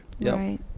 Right